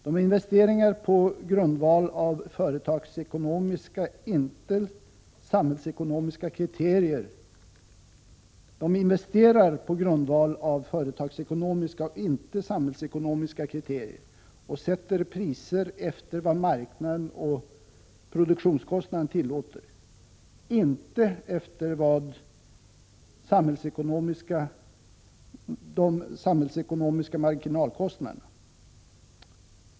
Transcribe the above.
De investerar på grundval av företagsekonomiska, inte samhällsekonomiska — Prot. 1986/87:99 kriterier och sätter priser efter vad marknaden och produktionskostnaden 1 april 1987 tillåter — inte efter de samhällsekonomiska marginalkostnaderna.